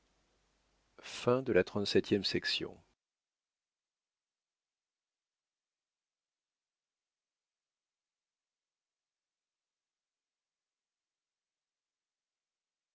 de la vie